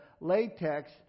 latex